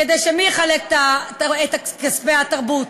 כדי שמי יחלק את כספי התרבות,